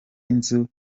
inzu